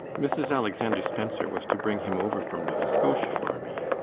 mrs. alexander spencer was to bring him over from nova scotia for me.